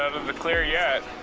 of the clear yet.